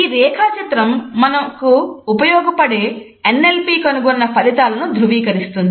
ఈ రేఖాచిత్రం మనకు ఉపయోగపడే NLP కనుగొన్న ఫలితాలను ధ్రువీకరిస్తుంది